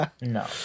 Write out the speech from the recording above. no